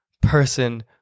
person